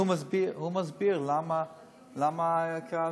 אז הוא מסביר למה זה קרה.